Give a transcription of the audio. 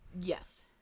Yes